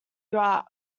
iraq